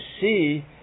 see